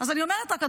אז אני אומרת רק,